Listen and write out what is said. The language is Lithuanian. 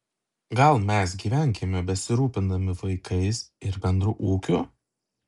gal mes gyvenkime besirūpindami vaikais ir bendru ūkiu